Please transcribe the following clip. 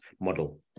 model